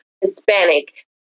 Hispanic